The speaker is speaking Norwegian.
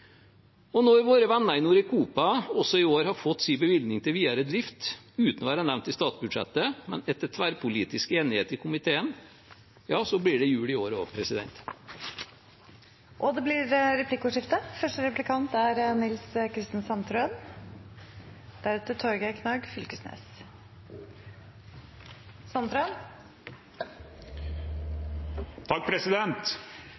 Og når våre venner i Norecopa også i år har fått sin bevilgning til videre drift, uten å være nevnt i statsbudsjettet, men etter tverrpolitisk enighet i komiteen, blir det jul i år også. Og det blir replikkordskifte. I deler av landet vårt hvor nettopp jord- og skogbruket er